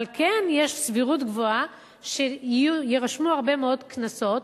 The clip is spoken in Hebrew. אבל כן יש סבירות גבוהה שיירשמו הרבה מאוד קנסות,